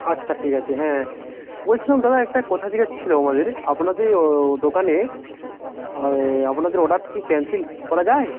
আচ্ছা ঠিক আছে হ্যাঁ বলছিলাম দাদা একটা কথা জিজ্ঞাসা ছিল আমাদের আপনাদের ও দোকানে এ আপনাদের অর্ডার কি ক্যানসেল করা যায়